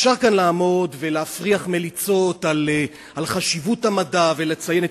אפשר לעמוד כאן ולהפריח מליצות על חשיבות המדע ולציין את